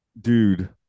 Dude